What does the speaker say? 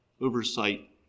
oversight